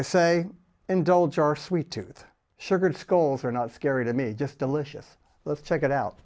i say indulge our sweet tooth sugared scolds are not scary to me just delicious let's check it out